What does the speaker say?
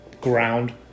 ground